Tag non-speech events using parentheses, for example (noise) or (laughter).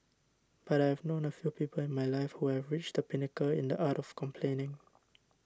but I have known a few people in my life who have reached the pinnacle in the art of complaining (noise)